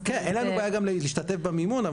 כן אין לנו בעיה להשתתף במימון,